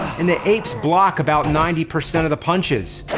and the apes block about ninety percent of the punches.